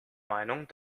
meinung